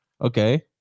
Okay